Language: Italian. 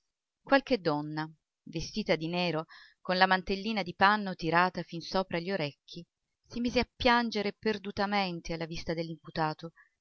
qualche donna vestita di nero con la mantellina di panno tirata fin sopra gli orecchi si mise a piangere perdutamente alla vista